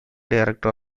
director